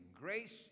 Grace